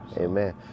Amen